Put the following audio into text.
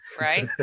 Right